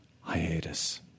hiatus